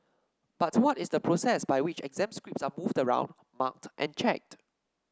but what is the process by which exam scripts are moved around marked and checked